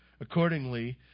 Accordingly